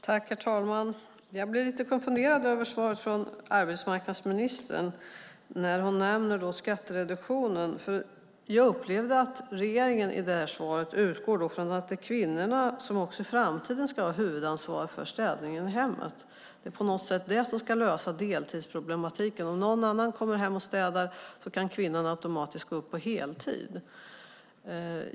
Herr talman! Jag blev lite konfunderad över svaret från arbetsmarknadsministern där hon nämnde skattereduktionen. Regeringen utgår i svaret från att det också i framtiden är kvinnorna som ska ha huvudansvar för städningen i hemmet. Det är på något sätt det som ska lösa deltidsproblematiken. Om någon annan kommer hem och städar kan kvinnan automatiskt gå upp på heltid.